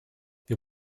wir